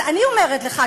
אז אני אומרת לך,